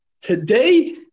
Today